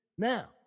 Now